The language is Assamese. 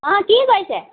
হয় কি কৰিছে